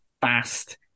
fast